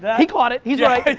yeah he's caught it. he's right.